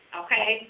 okay